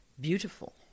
beautiful